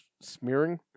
smearing